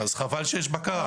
אז חבל שיש בקרה.